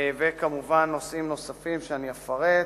וכמובן נושאים נוספים, שאני אפרט,